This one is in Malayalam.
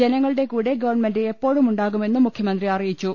ജനങ്ങളുടെ കൂടെ ഗവൺമെന്റ് എപ്പോഴും ഉണ്ടാകുമെന്നും മുഖ്യമന്ത്രി അറിയിച്ചു